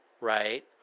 right